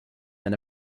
then